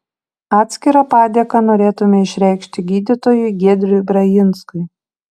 atskirą padėką norėtume išreikšti gydytojui giedriui brajinskui